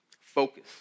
focus